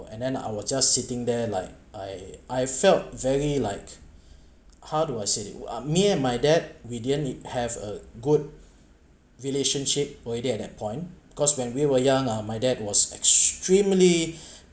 and then I was just sitting there like I I felt very like how do I say it uh me and my dad we didn't have a good relationship already at that point because when we were young uh my dad was extremely